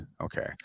Okay